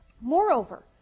Moreover